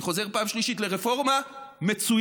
אני חוזר פעם שלישית: לרפורמה מצוינת,